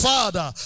Father